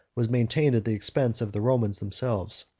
was maintained at the expense of the romans themselves.